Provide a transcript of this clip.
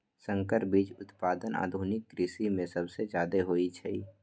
संकर बीज उत्पादन आधुनिक कृषि में सबसे जादे होई छई